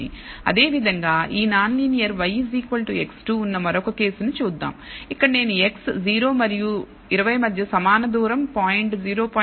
అదేవిధంగా ఈ non linear y x2 ఉన్న మరొక కేసును చూద్దాం ఇక్కడ నేను x 0 మరియు 20 మధ్య సమాన దూరం పాయింట్ 0